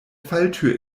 falltür